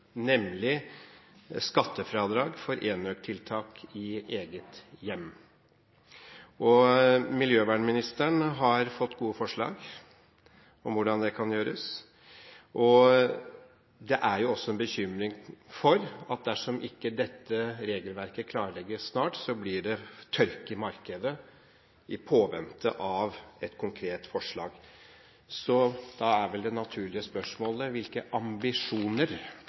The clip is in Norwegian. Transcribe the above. nemlig skattefradrag for enøktiltak i eget hjem. Miljøvernministeren har fått gode forslag om hvordan det kan gjøres. Det er også en bekymring for at dersom ikke dette regelverket klarlegges snart, blir det tørke i markedet i påvente av et konkret forslag. Så da er vel det naturlige spørsmålet: Hvilke ambisjoner